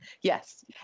Yes